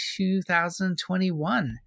2021